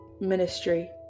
ministry